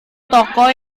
toko